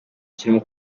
kirimo